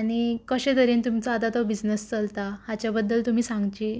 आनी कशें तरेन तुमचो आतां तो बिजनस चलता हाच्या बद्दल तुमी सांगशी